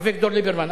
אביגדור ליברמן.